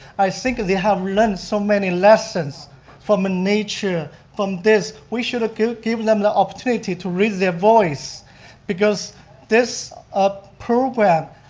i think they have learned so many lessons from nature, from this, we should give give them the opportunity to raise their voice because this program,